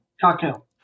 Cocktail